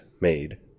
made